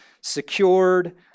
secured